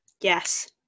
Yes